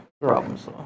problems